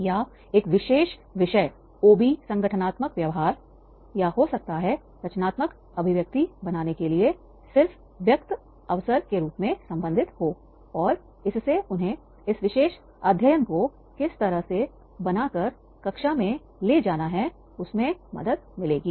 या एक विशेष विषय ओबी संगठनात्मक व्यवहार अवसर के रूप में संबंधित है और इससे उन्हें इस विशेष अध्ययन को किस तरह से बना कर कक्षा में ले जाना है उसमें मदद मिलेगी